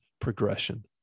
progression